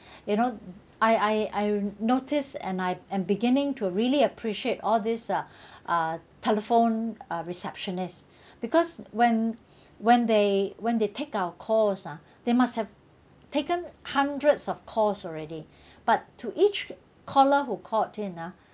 you know I I I notice and I am beginning to a really appreciate all these uh uh telephone uh receptionists because when when they when they take our calls ah they must have taken hundreds of calls already but to each caller who called in ah